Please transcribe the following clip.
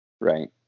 Right